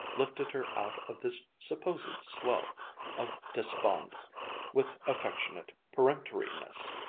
lifted her out of this supposed slough of despond with affectionate peremptoriness.